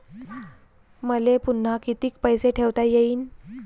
मले पुन्हा कितीक पैसे ठेवता येईन?